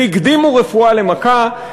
והקדימו רפואה למכה,